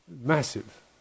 Massive